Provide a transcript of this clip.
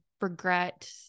regret